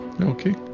Okay